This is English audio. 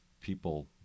people